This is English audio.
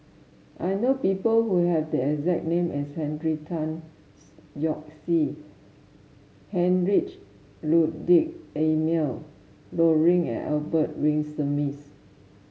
I know people who have the exact name as Henry Tan Yoke See Heinrich Ludwig Emil Luering and Albert Winsemius